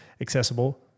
accessible